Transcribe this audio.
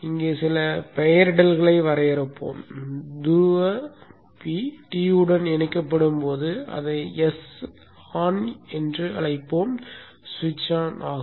இங்கே சில பெயரிடல்களை வரையறுப்போம் துருவ P T1 உடன் இணைக்கப்படும் போது அதை S on என அழைப்போம் சுவிட்ச் ஆன் ஆகும்